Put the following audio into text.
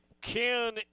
Ken